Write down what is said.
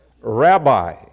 Rabbi